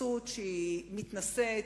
התייחסות מתנשאת,